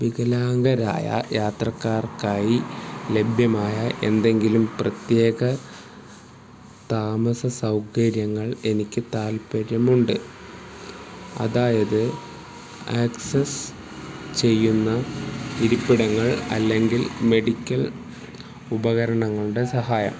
വികലാംഗരായ യാത്രക്കാർക്കായി ലഭ്യമായ എന്തെങ്കിലും പ്രത്യേക താമസ സൗകര്യങ്ങൾ എനിക്ക് താല്പ്പര്യമുണ്ട് അതായത് ആക്സസ് ചെയ്യുന്ന ഇരിപ്പിടങ്ങള് അല്ലെങ്കില് മെഡിക്കല് ഉപകരണങ്ങളുടെ സഹായം